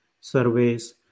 surveys